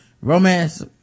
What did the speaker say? romance